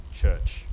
church